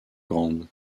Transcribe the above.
grande